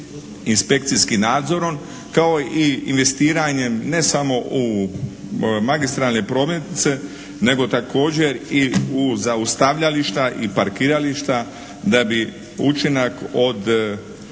inspekcijskim nadzorom kao i investiranjem ne samo u magistralne prometnice nego također i u zaustavljališta i parkirališta da bi učinak od